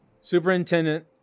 Superintendent